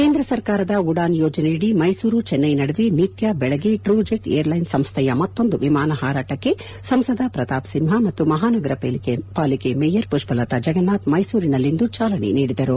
ಕೇಂದ್ರ ಸರ್ಕಾರದ ಉಡಾನ್ ಯೋಜನೆಯಡಿ ಮೈಸೂರು ಚೆನ್ನೈ ನಡುವೆ ನಿತ್ಯ ಬೆಳಗ್ಗೆ ಟ್ರೂಜೆಟ್ ಏರ್ ಲೈನ್ಸ್ ಸಂಸ್ಥೆಯ ಮತ್ತೊಂದು ವಿಮಾನ ಹಾರಾಟಕ್ಕೆ ಸಂಸದ ಪ್ರತಾಪ್ ಸಿಂಪ ಮತ್ತು ಮಹಾನಗರ ಪಾಲಿಕೆ ಮೇಯರ್ ಪುಷ್ವಲತಾ ಜಗನ್ನಾಥ್ ಮೈಸೂರಿನಲ್ಲಿಂದು ಚಾಲನೆ ನೀಡಿದರು